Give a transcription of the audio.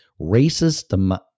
racist